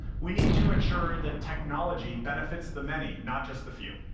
we need to ensure that technology benefits the many, not just the few.